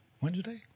Wednesday